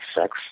sex